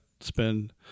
spend